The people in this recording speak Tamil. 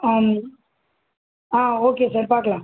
ஆமாங்க ஆ ஓகே சார் பார்க்கலாம்